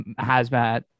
Hazmat